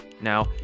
Now